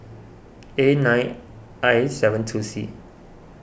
A nine I seven two C